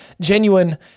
genuine